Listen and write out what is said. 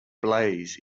blaze